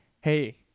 hey